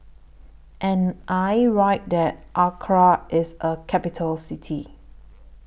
Am I Right that Accra IS A Capital City